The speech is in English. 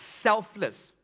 selfless